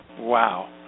wow